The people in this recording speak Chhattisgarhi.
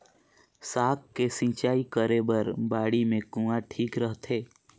साग के सिंचाई करे बर बाड़ी मे कुआँ ठीक रहथे?